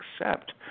accept